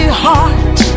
heart